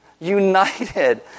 united